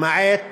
למעט